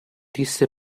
disse